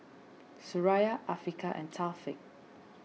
Suraya Afiqah and Taufik